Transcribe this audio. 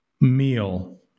meal